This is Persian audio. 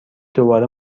دوباره